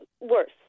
worse